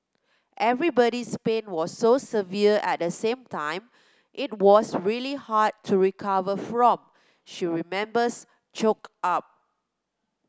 everybody's pain was so severe at the same time it was really hard to recover from she remembers choked up